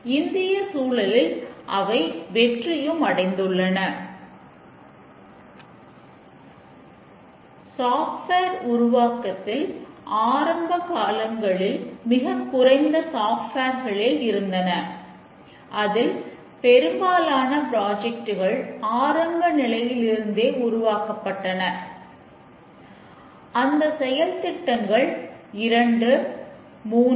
ஒரு தொழில் சூழ்நிலையில் பொதுவான ப்ரோக்ராமின் செய்பவர்களே அதிக எண்ணிக்கையில் இருப்பதை நீங்கள் காண்பீர்கள்